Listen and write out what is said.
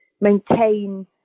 maintain